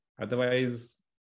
Otherwise